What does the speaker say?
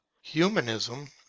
humanism